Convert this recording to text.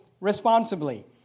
responsibly